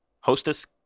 hostess